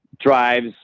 drives